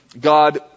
God